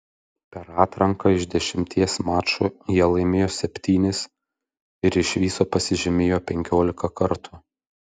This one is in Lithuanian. per atranką iš dešimties mačų jie laimėjo septynis ir iš viso pasižymėjo penkiolika kartų